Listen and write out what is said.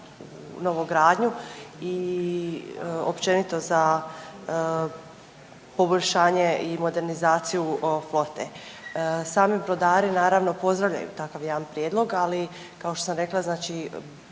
u novogradnju i općenito za poboljšanje i modernizaciju flote. Sami brodari naravno pozdravljaju takav jedan prijedlog, ali kao što sam rekla znači